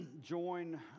join